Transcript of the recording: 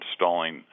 installing